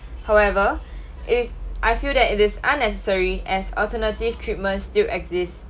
however if I feel that it is unnecessary as alternative treatments still exist